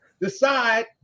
decide